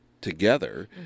together